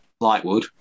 Lightwood